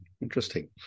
Interesting